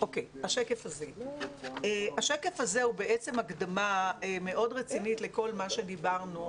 השקף הזה הוא הקדמה מאוד רצינית לכל מה שדיברנו,